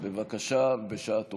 בבקשה ובשעה טובה.